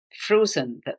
Frozen